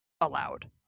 allowed